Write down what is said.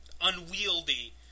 unwieldy